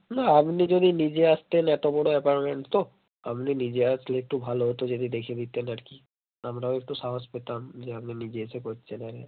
না আপনি যদি নিজে আসতেন এতো বড়ো অ্যাপার্টমেন্ট তো আপনি নিজে আসলে একটু ভালো হতো যদি দেখে দিতেন আর কি আমরাও একটু সাহস পেতাম যে আপনি নিজে এসে করছেন আরে